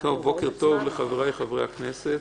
בוקר טוב לחבריי חברי הכנסת.